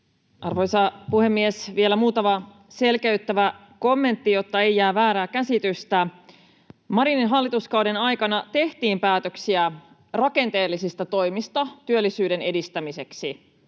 Arvoisa puhemies! Vielä muutama selkeyttävä kommentti, jotta ei jää väärää käsitystä. Marinin hallituskauden aikana tehtiin päätöksiä rakenteellisista toimista työllisyyden edistämiseksi,